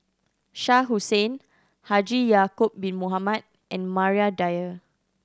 Shah Hussain Haji Ya'acob Bin Mohamed and Maria Dyer